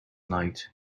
night